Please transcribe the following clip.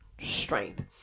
strength